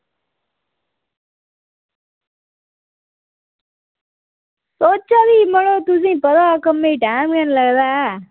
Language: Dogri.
ओह् भी तुसेंगी पता मड़ो कम्में गी टैम गै निं लगदा ऐ